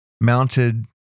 mounted